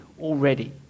already